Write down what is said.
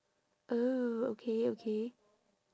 oh okay okay